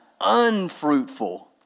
unfruitful